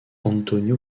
antonio